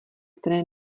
které